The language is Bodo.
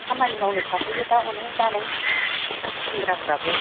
खामानि मावनो थाहैयो दा अनेखआनो सेंग्राफ्राबो